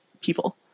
people